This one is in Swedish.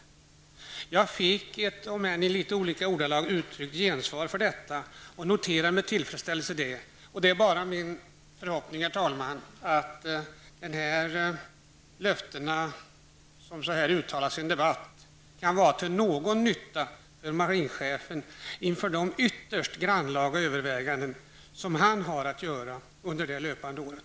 Jag fick, om än i litet olika ordalag, gensvar för detta och noterade det med tillfredsställelse. Det är min förhoppning, herr talman, att de löften som så här i debatten uttalas kan vara till någon nytta för marinchefen inför de ytterst grannlaga överväganden som han har att göra under det löpande året.